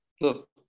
Look